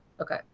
Okay